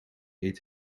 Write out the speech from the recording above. eet